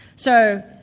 so,